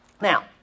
Now